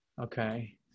Okay